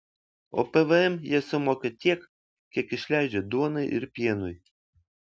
o pvm jie sumoka tiek kiek išleidžia duonai ir pienui